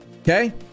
Okay